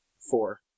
Four